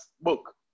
book